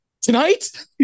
Tonight